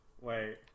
wait